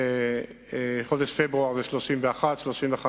31, 35,